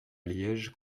liège